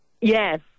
Yes